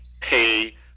pay